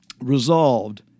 Resolved